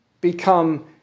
Become